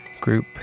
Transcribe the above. group